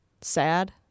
Sad